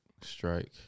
strike